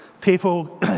People